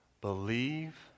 believe